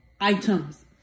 items